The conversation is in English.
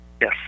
Yes